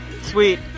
Sweet